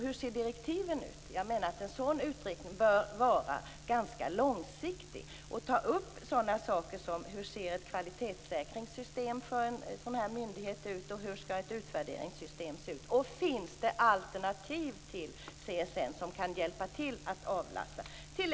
Hur ser direktiven ut? Jag menar att en sådan utredning bör vara ganska långsiktig och ta upp sådana saker som hur ett kvalitetssäkringssystem för en sådan här myndighet ser ut och hur ett utvärderingssystem skall se ut. Finns det alternativ som kan hjälpa till att avlasta CSN?